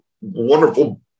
wonderful